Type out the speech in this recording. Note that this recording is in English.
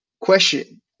Question